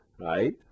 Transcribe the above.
right